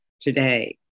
today